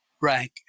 rank